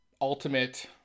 ultimate